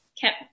kept